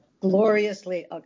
gloriously